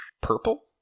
purple